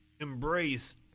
embrace